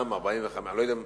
אני לא יודע אם